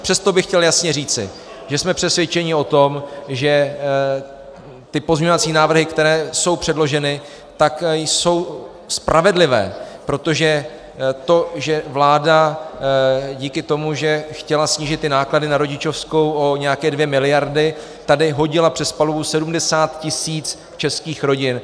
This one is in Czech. Přesto bych chtěl jasně říci, že jsme přesvědčeni o tom, že pozměňovací návrhy, které jsou předloženy, jsou spravedlivé, protože to, že vláda díky tomu, že chtěla snížit ty náklady na rodičovskou o nějaké 2 miliardy, tady hodila přes palubu 70 tisíc českých rodin.